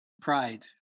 pride